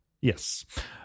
Yes